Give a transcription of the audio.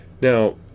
Now